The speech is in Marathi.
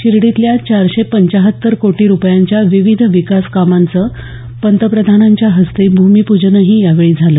शिरडीतल्या चारशे पंचाहत्तर कोटी रुपयांच्या विविध विकासकामांचं पंतप्रधानांच्या हस्ते भूमीपूजनही यावेळी झालं